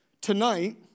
Tonight